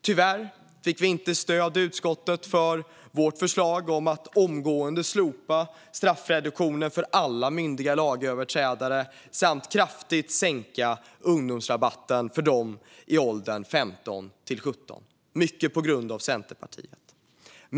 Tyvärr fick vi inte stöd i utskottet för vårt förslag att omgående slopa straffreduktionen för alla myndiga lagöverträdare och att kraftigt sänka ungdomsrabatten för de i åldern 15-17, mycket på grund av Centerpartiet.